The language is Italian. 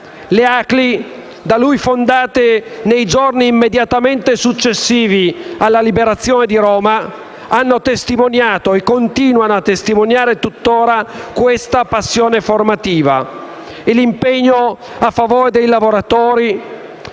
Le ACLI, da lui fondate nei giorni immediatamente successivi alla liberazione di Roma, hanno testimoniato e continuano tutt'ora a testimoniare questa passione formativa e l'impegno a favore dei lavoratori,